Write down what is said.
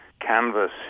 canvas